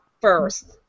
first